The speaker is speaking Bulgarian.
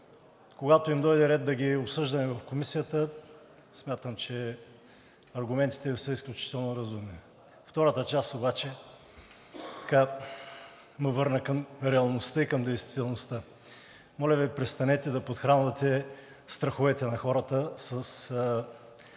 когато им дойде ред да ги обсъждаме в Комисията – смятам, че аргументите Ви са изключително разумни. Втората част обаче ме върна към реалността и към действителността. Моля Ви, престанете да подхранвате страховете на хората с